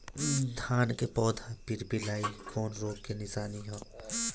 धान के पौधा पियराईल कौन रोग के निशानि ह?